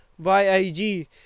yig